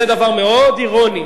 זה דבר מאוד אירוני.